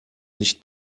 nicht